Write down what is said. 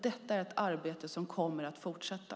Detta är ett arbete som kommer att fortsätta.